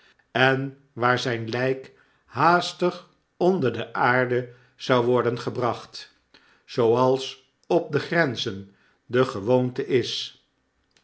en waar zyn lyk haastig onder de aarde zou worden gebracht zooals op de grenzen de gewoonte is